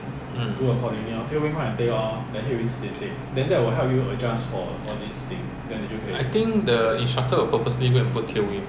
我都没有时间去想 mm